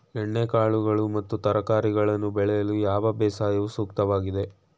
ಎಣ್ಣೆಕಾಳುಗಳು ಮತ್ತು ತರಕಾರಿಗಳನ್ನು ಬೆಳೆಯಲು ಯಾವ ಬೇಸಾಯವು ಸೂಕ್ತವಾಗಿದೆ?